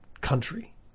country